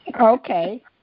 Okay